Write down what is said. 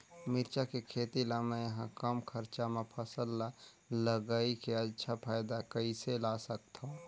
मिरचा के खेती ला मै ह कम खरचा मा फसल ला लगई के अच्छा फायदा कइसे ला सकथव?